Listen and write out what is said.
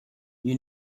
you